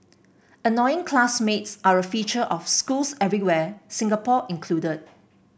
annoying classmates are a feature of schools everywhere Singapore included